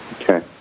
Okay